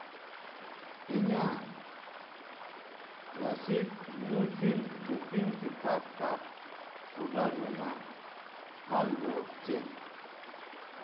ᱤᱧᱟᱹᱜ classic muffin baking paper cup order ᱨᱮᱱᱟᱜ ᱦᱟᱞ ᱫᱚ ᱪᱮᱫ